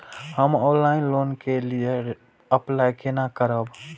हम online loan के लिए अप्लाई केना करब?